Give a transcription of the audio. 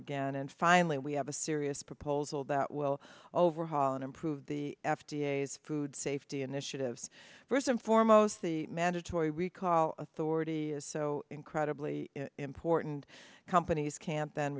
again and finally we have a serious proposal that will overhaul and improve the f d a as food safety initiatives first and foremost the mandatory recall authority is so incredibly important companies can't then